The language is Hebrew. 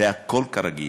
והכול כרגיל.